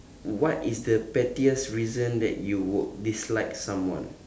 what is the pettiest reason that you would dislike someone